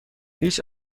هیچ